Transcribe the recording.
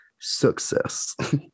success